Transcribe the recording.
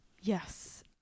Yes